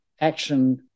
action